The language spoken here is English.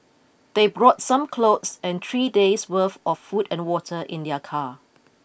they brought some clothes and three days' worth of food and water in their car